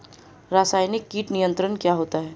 रसायनिक कीट नियंत्रण क्या होता है?